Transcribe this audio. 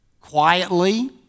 quietly